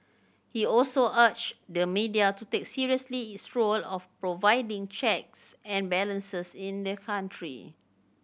he also urged the media to take seriously its role of providing checks and balances in the country